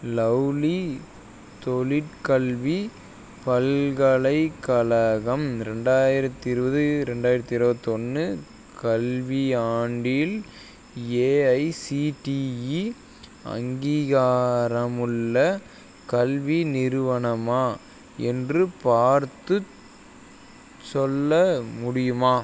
lovely தொழிற்கல்வி பல்கலைக்கழகம் ரெண்டாயிரத்தி இருபது ரெண்டாயிரத்தி இருபத்தொன்னு கல்வி ஆண்டில் ஏஐசிடிஇ அங்கீகாரம் உள்ள கல்வி நிறுவனமா என்று பார்த்து சொல்ல முடியுமா